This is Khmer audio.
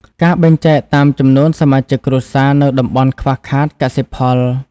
ការបែងចែកតាមចំនួនសមាជិកគ្រួសារ នៅតំបន់ខ្វះខាតកសិផល។